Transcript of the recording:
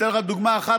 אתן לך רק דוגמה אחת.